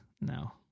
No